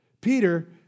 Peter